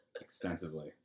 extensively